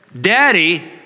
Daddy